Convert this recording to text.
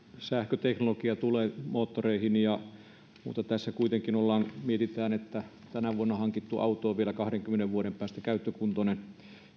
sähköteknologia tulee moottoreihin mutta tässä kuitenkin mietitään että tänä vuonna hankittu auto olisi vielä kahdenkymmenen vuoden päästä käyttökuntoinen